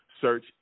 Search